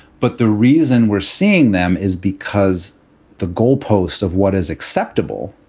but the reason we're seeing them is because the goalpost of what is acceptable,